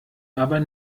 aber